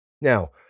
now